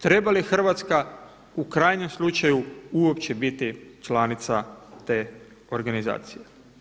Treba li Hrvatska u krajnjem slučaju uopće biti članica te organizacije?